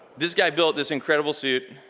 this guy built this incredible suit.